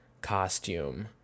costume